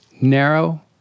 narrow